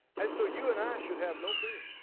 and so you and i should have no fear,